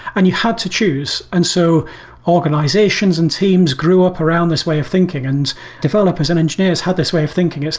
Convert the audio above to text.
and you have to choose. and so organizations and teams grew up around this way of thinking, and developers and engineers had this way of thinking. it's